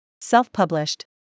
Self-Published